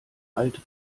alte